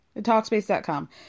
Talkspace.com